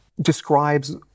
describes